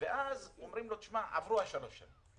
ואז אומרים לו שעברו שלוש השנים.